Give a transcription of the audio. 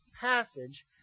passage